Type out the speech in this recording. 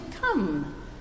come